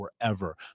forever